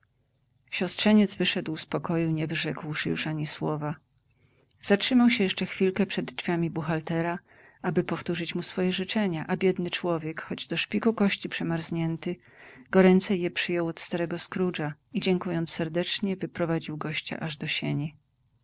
scrooge siostrzeniec wyszedł z pokoju nie wyrzekłszy już ani słowa zatrzymał się jeszcze chwilkę przed drzwiami buchaltera aby powtórzyć mu swoje życzenia a biedny człowiek choć do szpiku kości przemarznięty goręcej je przyjął od starego scroogea i dziękując serdecznie wyprowadził gościa aż do sieni